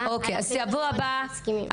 על הקריטריונים שעליהם אנחנו מסכימים.